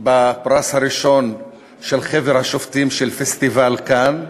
בפרס הראשון של חבר השופטים של פסטיבל "קאן",